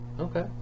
Okay